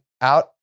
out